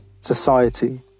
society